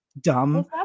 dumb